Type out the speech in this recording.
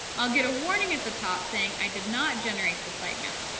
i'll get a warning at the top saying i did not generate the sitemap.